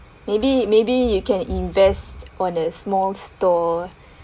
maybe maybe you can invest on a small store